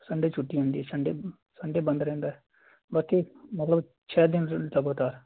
Sunday ਛੁੱਟੀ ਹੁੰਦੀ Sunday Sunday ਬੰਦ ਰਹਿੰਦਾ ਬਾਕੀ ਮਤਲਬ ਛੇ ਦਿਨ